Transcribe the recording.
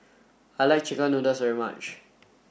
I like chicken noodles very much